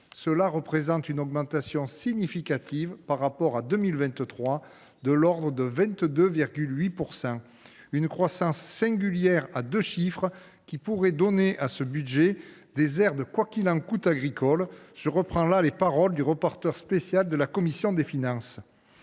Cela représente une augmentation significative par rapport à 2023 de l’ordre de 22,8 %: une croissance singulière à deux chiffres qui pourrait donner à ce budget des airs de « quoi qu’il en coûte » agricole – je reprends là les paroles du rapporteur spécial de la commission des finances.